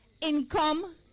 income